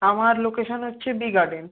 আমার লোকেশান হচ্ছে B garden